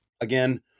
again